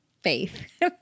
faith